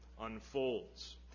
unfolds